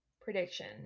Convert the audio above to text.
prediction